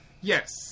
Yes